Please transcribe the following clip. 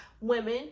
women